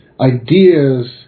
Ideas